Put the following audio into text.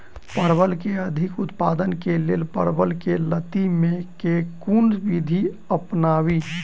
परवल केँ अधिक उत्पादन केँ लेल परवल केँ लती मे केँ कुन विधि अपनाबी?